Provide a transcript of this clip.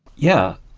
yeah.